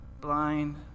blind